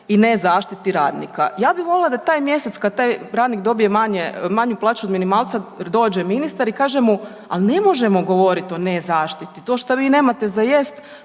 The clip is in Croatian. i nezaštiti radnika. Ja bi volila da taj mjesec kad taj radnik dobije manju plaću od minimalca dođe ministar i kaže mu al ne možemo govorit o nezaštiti, to što vi nemate za jest